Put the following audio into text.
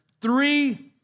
three